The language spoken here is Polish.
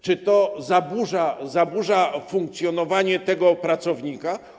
Czy to zaburza funkcjonowanie tego pracownika?